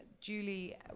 julie